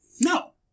No